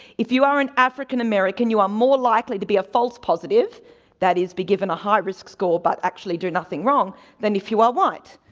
if you are an african-american you are more likely to be a false positive that is, be given a high-risk score but actually do nothing wrong than if you are white.